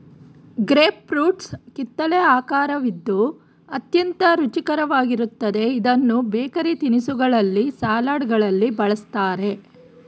grape fruits ಕಿತ್ತಲೆ ಆಕರವಿದ್ದು ಅತ್ಯಂತ ರುಚಿಕರವಾಗಿರುತ್ತದೆ ಇದನ್ನು ಬೇಕರಿ ತಿನಿಸುಗಳಲ್ಲಿ, ಸಲಡ್ಗಳಲ್ಲಿ ಬಳ್ಸತ್ತರೆ